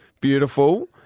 Beautiful